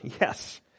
Yes